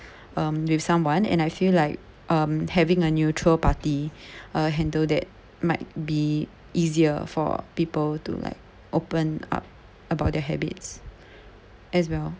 um with someone and I feel like um having a neutral party uh handle that might be easier for people to like open up about their habits as well